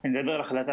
--- אני מדבר על החלטה